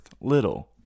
little